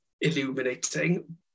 illuminating